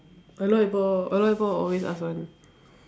a lot people a lot people will always ask one